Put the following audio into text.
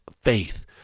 faith